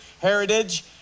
heritage